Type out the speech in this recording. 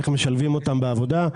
איך משלבים אותם בעבודה.